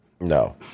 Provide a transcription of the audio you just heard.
No